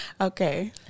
Okay